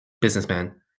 businessman